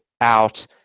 out